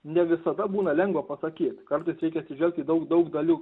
ne visada būna lengva pasakyt kartais reikia atsižvelgt į daug daug dalių